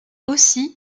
aussi